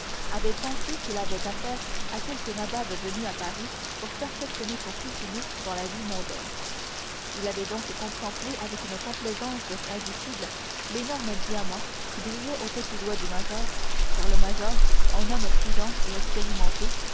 avait pensé qu'il avait affaire à quelque nabab venu à paris pour perfectionner son fils unique dans la vie mondaine il avait donc contemplé avec une complaisance indicible l'énorme diamant qui brillait au petit doigt du major car le major en homme prudent et expérimenté